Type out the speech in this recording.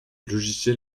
logiciel